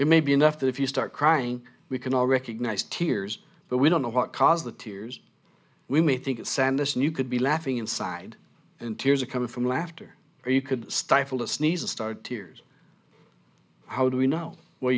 it may be enough that if you start crying we can all recognize tears but we don't know what caused the tears we may think it sanderson you could be laughing inside and tears are coming from laughter or you could stifle a sneeze or started tears how do we know where